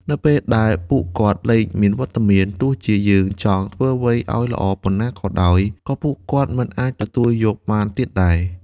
នៅពេលដែលពួកគាត់លែងមានវត្តមាន ទោះជាយើងចង់ធ្វើអ្វីឲ្យល្អប៉ុណ្ណាក៏ដោយ ក៏ពួកគាត់មិនអាចទទួលយកបានទៀតដែរ។